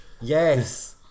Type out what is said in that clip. Yes